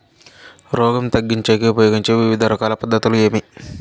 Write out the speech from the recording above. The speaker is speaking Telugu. రోగం తగ్గించేకి ఉపయోగించే వివిధ రకాల పద్ధతులు ఏమి?